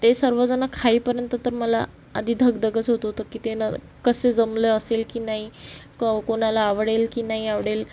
ते सर्व जण खाईपर्यंत तर मला आधी धगधगच होत होतं की ते न कसं जमलं असेल की नाही क कोणाला आवडेल की नाही आवडेल